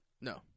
No